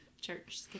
church